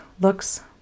looks